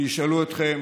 כשישאלו אתכם